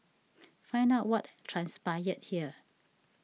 find out what transpired here